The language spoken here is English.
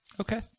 Okay